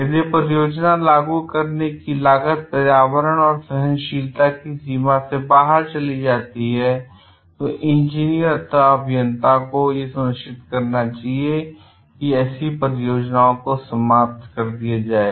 यदि परियोजना लागू करने की लागत पर्यावरण की सहनशीलता की सीमा से बाहर चली जाती है तो इंजीनियर अथवा अभियंता को यह सुनिश्चित करना चाहिए कि ऐसी परियोजनाओं को समाप्त कर दिया जाए